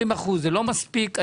20% זה לא מספיק.